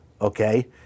okay